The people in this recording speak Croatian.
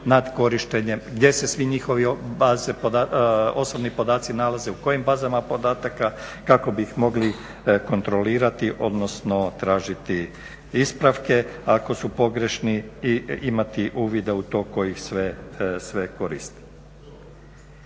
nad korištenjem, gdje se svi njihovi osobni podaci nalaze, u kojim bazama podataka kako bi ih mogli kontrolirati, odnosno tražiti ispravke ako su pogrešni i imati uvida u to tko ih sve koristi.